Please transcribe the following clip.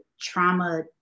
trauma